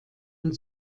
und